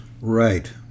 Right